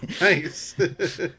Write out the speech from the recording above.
nice